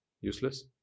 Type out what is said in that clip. Useless